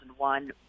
2001